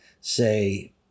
say